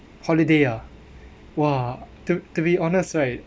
holiday ah !wah! to to be honest right